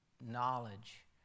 knowledge